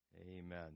Amen